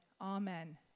Amen